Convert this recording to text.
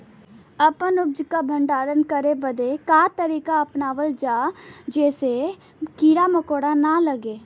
अपना उपज क भंडारन करे बदे का तरीका अपनावल जा जेसे कीड़ा मकोड़ा न लगें?